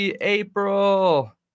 april